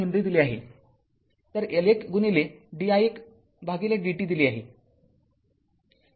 ५ henry दिले आहे तर L१ di१ dt दिले आहे